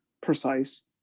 precise